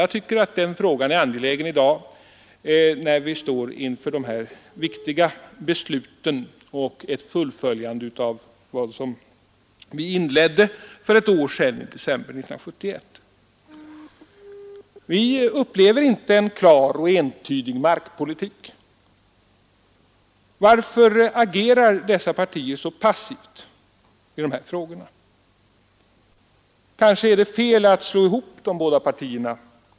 Jag tycker att den frågan är angelägen i dag, när vi står inför de här viktiga besluten och ett fullföljande av vad vi inledde för ett år sedan, nämligen 1971. Vi upplever inte en klar och entydig markpolitik. Varför agerar dessa partier så passivt i de här frågorna? Kanske är det fel att slå ihop de båda partierna.